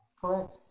Correct